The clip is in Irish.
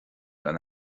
gan